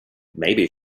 maybe